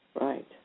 Right